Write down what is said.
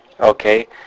Okay